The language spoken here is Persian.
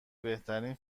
بهترین